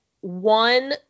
one